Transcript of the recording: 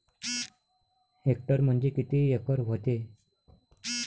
Hectare म्हणजे किती acre व्हते?